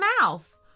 mouth